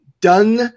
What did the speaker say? done